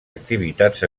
activitats